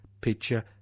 picture